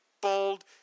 bold